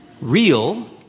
real